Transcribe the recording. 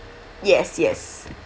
yes yes